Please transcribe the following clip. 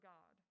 God